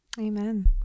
Amen